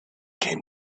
came